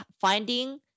finding